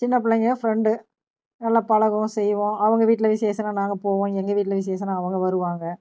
சின்ன பிள்ளைங்க ஃப்ரெண்டு நல்ல பழகுவோம் செய்வோம் அவங்க வீட்டில் விஷேசம்னா நாங்கள் போவோம் எங்கள் வீட்டில் விஷேசம்னா அவங்க வருவாங்க